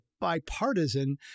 bipartisan